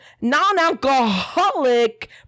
non-alcoholic